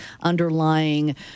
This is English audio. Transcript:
underlying